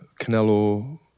Canelo